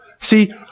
See